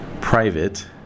private